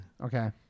Okay